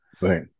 Right